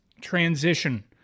transition